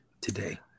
Today